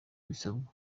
bisabwa